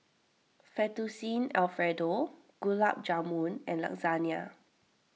Fettuccine Alfredo Gulab Jamun and Lasagna